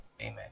Amen